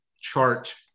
chart